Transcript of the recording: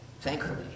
thankfully